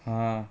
ਹਾਂ